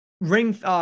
ring